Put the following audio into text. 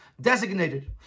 designated